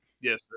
Yes